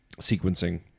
sequencing